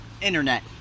internet